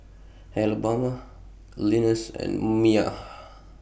Alabama Linus and Mia